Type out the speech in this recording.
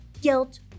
guilt